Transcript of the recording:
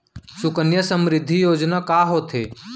सुकन्या समृद्धि योजना का होथे